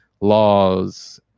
laws